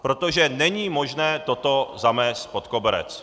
Protože není možné toto zamést pod koberec.